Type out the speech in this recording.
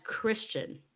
Christian